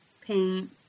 paint